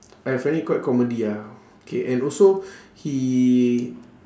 I find it quite comedy ah K and also he